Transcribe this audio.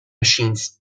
machines